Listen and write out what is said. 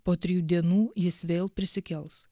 po trijų dienų jis vėl prisikels